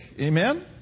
Amen